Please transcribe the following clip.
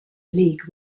league